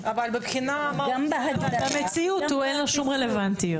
גם במציאות אין לו שום רלוונטיות.